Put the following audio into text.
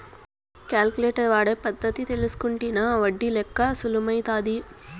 calculator వాడే పద్ధతి తెల్సుకుంటినా ఒడ్డి లెక్క సులుమైతాది